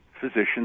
physicians